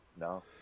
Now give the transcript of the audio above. No